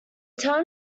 town